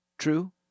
True